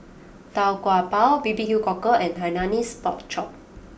Tau Kwa Pau Bbq Cockle and Hainanese Pork Chop